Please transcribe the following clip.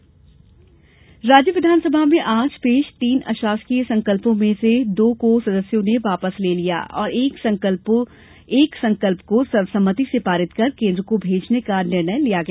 विधानसभा दो राज्य विधानसभा में आज पेश तीन अशासकीय संकल्पों में से दो को सदस्यों ने वापस ले लिया और एक संकल्प को सर्वसम्मति से पारित कर केंद्र को भेजने का निर्णय लिया गया